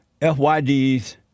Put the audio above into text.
FYDs